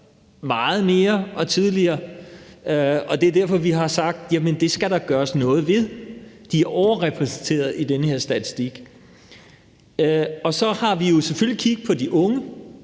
meget mere og tidligere. Det er derfor, vi har sagt: Det skal der gøres noget ved. De er overrepræsenteret i den her statistik. Så har vi jo selvfølgelig kig på de unge.